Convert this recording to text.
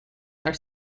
are